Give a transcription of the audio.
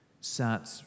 sat